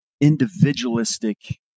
individualistic